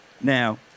Now